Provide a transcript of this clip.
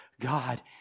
God